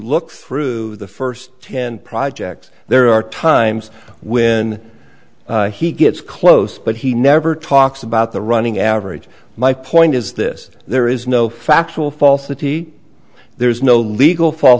look through the first ten projects there are times when he gets close but he never talks about the running average my point is this there is no factual falsity there is no legal fal